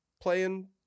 playing